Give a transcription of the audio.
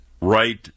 right